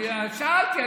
שאלתי.